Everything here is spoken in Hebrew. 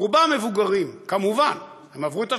רובם מבוגרים, כמובן, הם עברו את השואה.